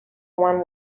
one